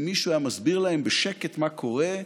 אם מישהו היה מסביר להם בשקט מה קורה,